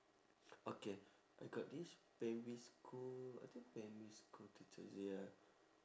okay I got this primary school I think primary school teacher ya